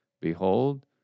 behold